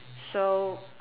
so